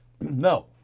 No